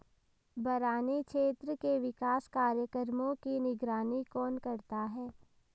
बरानी क्षेत्र के विकास कार्यक्रमों की निगरानी कौन करता है?